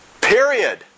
Period